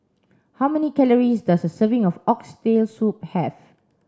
how many calories does a serving of oxtail soup have